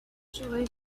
joy